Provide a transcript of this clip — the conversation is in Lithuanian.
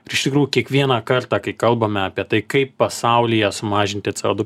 ir iš tikrųjų kiekvieną kartą kai kalbame apie tai kaip pasaulyje sumažinti c o du